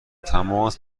تماس